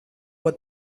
what